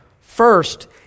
First